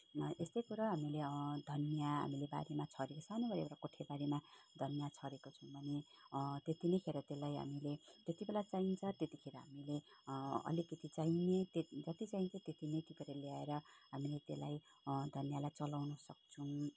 यस्तै कुरा हामीले धनियाँ हामीले बारीमा छरेका सानोबडे एउटा कोठेबारीमा धनियाँ छरेको छौँ भने त्यति नै खेर त्यसलाई हामीले जतिबेला चाहिन्छ त्यतिखेर हामीले अलिकति चाहिने जति चाहिन्छ त्यति नै टिपेर ल्याएर हामीले त्यसलाई धनियाँलाई चलाउन सक्छौँ